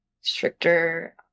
stricter